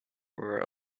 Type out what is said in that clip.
were